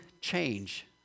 change